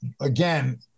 Again